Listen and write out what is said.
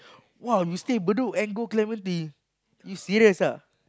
!wow! you stay Bedok and you go Clementi you serious ah